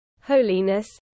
holiness